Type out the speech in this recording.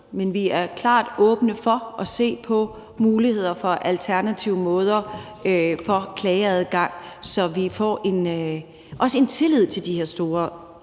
men vi er klart åbne for at se på muligheder for alternative måder for klageadgang, så man også får en tillid til de her store